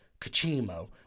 Kachimo